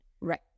Right